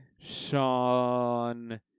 Sean